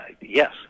yes